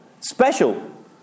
Special